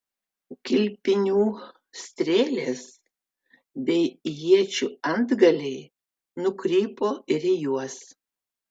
kilpinių strėlės bei iečių antgaliai nukrypo ir į juos